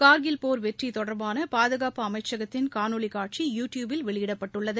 கார்கில் போர் வெற்றி தொடர்பான பாதுகாப்பு அமைச்சகத்தின் காணொலி காட்சி யூ டியூப்பில் வெளியிடப்பட்டுள்ளது